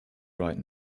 right